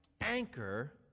anchor